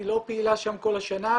היא לא פעילה שם כל השנה,